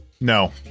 No